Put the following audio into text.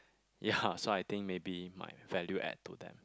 ya so I think maybe my value add to that